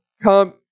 come